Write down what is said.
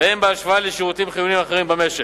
והן בהשוואה לשירותים חיוניים אחרים במשק.